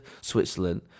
Switzerland